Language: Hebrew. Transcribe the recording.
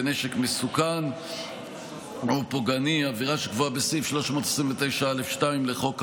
בנשק מסוכן או פוגעני עבירה שקבועה בסעיף 329(א)(2) לחוק העונשין.